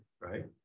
right